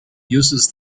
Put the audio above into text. uses